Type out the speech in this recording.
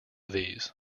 these